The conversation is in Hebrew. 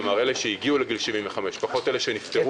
כלומר אלה שהגיעו לגיל 75 פחות אלה שנפטרו,